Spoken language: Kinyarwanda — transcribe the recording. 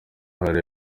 hari